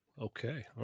Okay